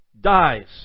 dies